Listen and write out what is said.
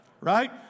Right